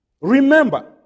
Remember